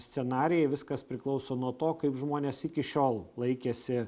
scenarijai viskas priklauso nuo to kaip žmonės iki šiol laikėsi